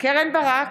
קרן ברק,